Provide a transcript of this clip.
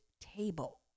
table